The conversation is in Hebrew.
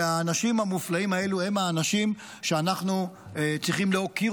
והאנשים המופלאים האלה הם האנשים שאנחנו צריכים להוקיר,